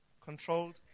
controlled